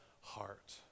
heart